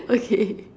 okay